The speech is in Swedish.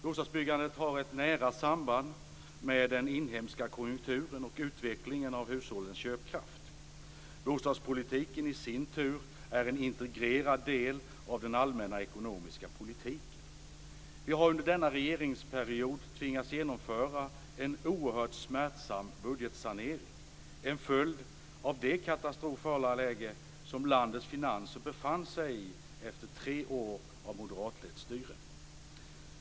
Bostadsbyggandet har ett nära samband med den inhemska konjunkturen och utvecklingen av hushållens köpkraft. Bostadspolitiken i sin tur är en integrerad del av den allmänna ekonomiska politiken. Vi har under denna regeringsperiod tvingats genomföra en oerhört smärtsam budgetsanering - en följd av det katastrofala läge som landets finanser befann sig i efter tre år av moderatlett styre.